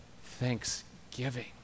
thanksgiving